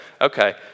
Okay